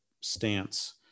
stance